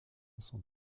sont